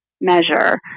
measure